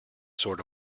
sort